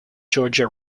georgia